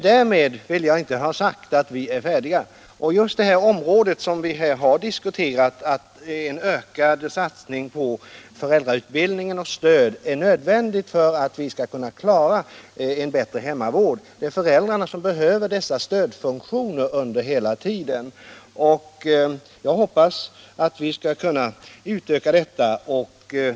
Därmed vill jag inte ha sagt att vi är färdiga. Just det som vi här har diskuterat, nämligen en ökad satsning på föräldrautbildning och föräldrastöd, är nödvändigt för att vi skall kunna klara en bättre hemmavård. Det är föräldrarna som behöver dessa stödfunktioner under hela tiden. Jag hoppas att vi skall kunna utöka denna verksamhet.